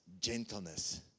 gentleness